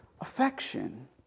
affection